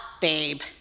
babe